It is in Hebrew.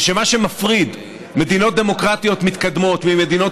ומה שמפריד מדינות דמוקרטיות מתקדמות ממדינות